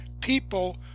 people